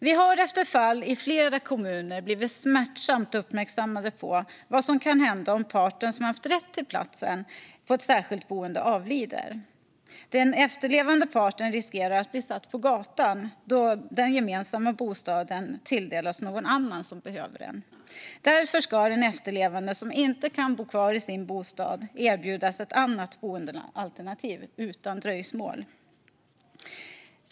Vi har efter fall i flera kommuner blivit smärtsamt uppmärksammade på vad som kan hända om parten som haft rätt till platsen på ett särskilt boende avlider. Den efterlevande parten riskerar att bli satt på gatan då den gemensamma bostaden tilldelas någon annan som behöver den. Därför ska den efterlevande som inte kan bo kvar i sin bostad erbjudas ett annat boendealternativ utan dröjsmål.